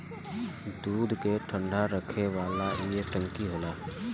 दूध के ठंडा रखे वाला ई एक टंकी होला